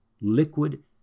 liquid